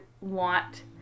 want